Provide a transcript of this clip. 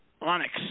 Onyx